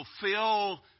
fulfill